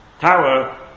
tower